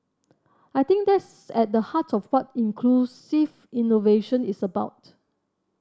I think that's at the heart of what inclusive innovation is about